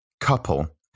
couple